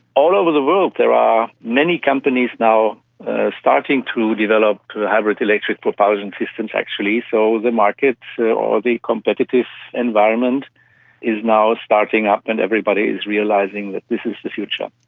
all over the world there are many companies now starting to develop hybrid electric propulsion systems, actually, so the market or the competitive environment is now starting up and everybody is realising that this is the future.